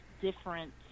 difference